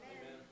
Amen